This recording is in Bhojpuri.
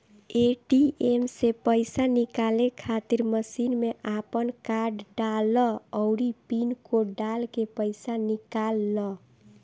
ए.टी.एम से पईसा निकाले खातिर मशीन में आपन कार्ड डालअ अउरी पिन कोड डालके पईसा निकाल लअ